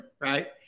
right